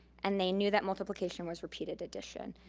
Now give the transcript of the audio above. and they knew that multiplication was repeated addition.